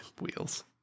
Wheels